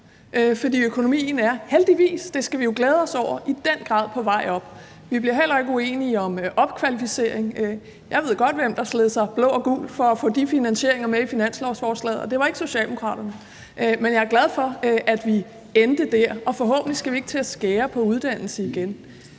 år, om 5 år, men også nu. For økonomien er i den grad på vej op. Vi bliver heller ikke uenige om opkvalificering. Jeg ved godt, hvem der sled sig blå og gul for at få de finansieringer af det med i finanslovsforslaget – og det var ikke Socialdemokraterne. Men jeg er glad for, at vi endte der, og forhåbentlig skal vi ikke til at skære på uddannelse igen.